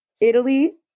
Italy